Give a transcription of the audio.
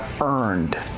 earned